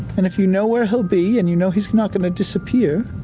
and if you know where he'll be, and you know he's not going to disappear,